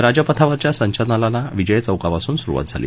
राजपथावरील संचलनाला विजय चौकापासून सुरुवात झाली